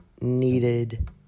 needed